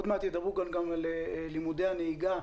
ועוד מעט ידברו כאן גם על לימודי הנהיגה,